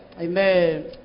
Amen